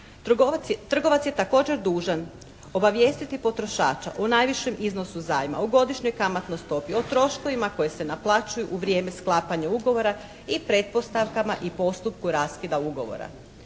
Trgovac je također dužan obavijestiti potrošača o najvišem iznosu zajma, o godišnjoj kamatnoj stopi, o troškovima koji se naplaćuju u vrijeme sklapanja ugovora i pretpostavkama i postupku raskida ugovora.